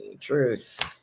Truth